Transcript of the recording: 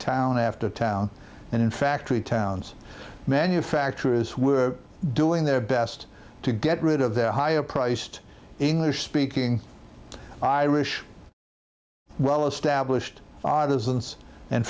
town after town and in factory towns manufacturers were doing their best to get rid of their higher priced english speaking irish well established authors and and